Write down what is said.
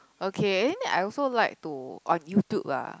okay I mean I also like to on YouTube ah